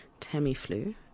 Tamiflu